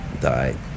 died